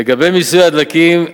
לגבי מיסוי הדלקים,